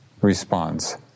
response